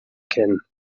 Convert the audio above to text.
kennen